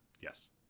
Yes